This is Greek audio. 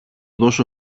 δώσω